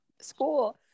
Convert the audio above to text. school